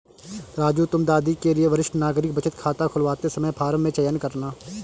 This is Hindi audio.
राजू तुम दादी के लिए वरिष्ठ नागरिक बचत खाता खुलवाते समय फॉर्म में चयन करना